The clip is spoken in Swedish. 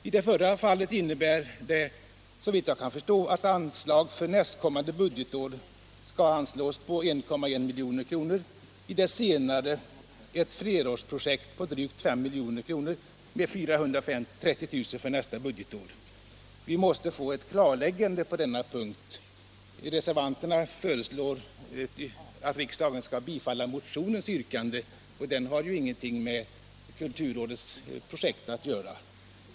I det förra fallet innebär det såvitt jag förstår ett anslag för nästkommande budgetår på 1,1 milj.kr., i det senare ett flerårsprojekt på drygt 5 miljoner med 430 000 för nästa budgetår. Vi måste få ett klarläggande på den punkten. Reservanterna föreslår att riksdagen skall bifalla motionens yrkande, och den har ju ingenting med kulturrådets projekt att göra.